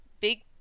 big